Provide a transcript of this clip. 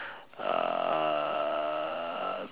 uh